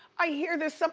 i hear there's so